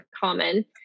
common